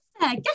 Guess